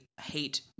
hate